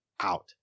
out